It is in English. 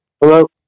hello